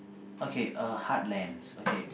okay uh heartlands okay